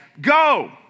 go